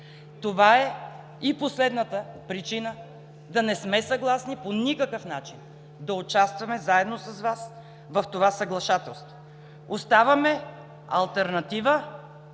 Това е и последната причина да не сме съгласни по никакъв начин да участваме заедно с Вас в това съглашателство. Оставаме алтернатива